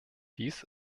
dies